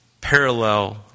parallel